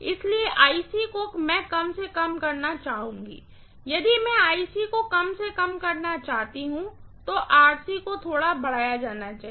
इसलिए को मैं कम से कम करना चाहती हूँ यदि मैं को कम से कम करना चाहती हूँ तो को थोड़ा बढ़ाया जाना चाहिए